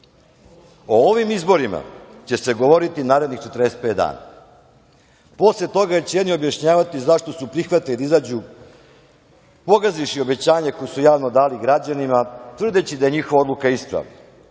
O ovim izborima će se govoriti narednih 45 dana. Posle toga će jedni objašnjavati zašto su prihvatili da izađu pogazivši obećanje koje su javno dali građanima, tvrdeći da je njihova odluka ispravna.